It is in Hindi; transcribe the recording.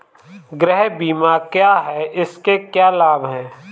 गृह बीमा क्या है इसके क्या लाभ हैं?